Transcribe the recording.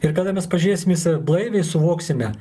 ir kada mes pažiūrėsim į save blaiviai suvoksime